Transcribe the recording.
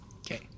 Okay